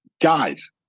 Guys